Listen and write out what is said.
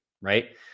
right